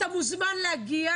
אתה מוזמן להגיע,